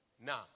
Now